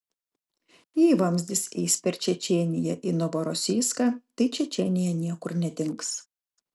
jei vamzdis eis per čečėniją į novorosijską tai čečėnija niekur nedings